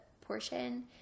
portion